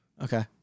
Okay